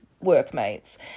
workmates